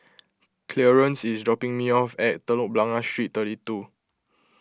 Clearence is dropping me off at Telok Blangah Street thirty two